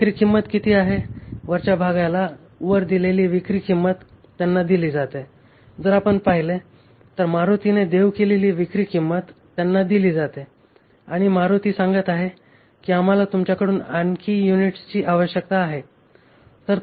विक्री किंमत किती आहे वरच्या भागाला वर दिलेली विक्री किंमत त्यांना दिली जाते जर आपण पाहिले तर मारुतीने देऊ केलेली विक्री किंमत त्यांना दिली जाते आणि मारुती सांगत आहे की आम्हाला तुमच्याकडून आणखी युनिट्सची आवश्यकता आहे